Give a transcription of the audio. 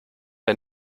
der